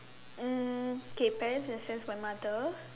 mm K parents in a sense my mother